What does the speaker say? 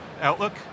Outlook